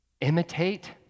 imitate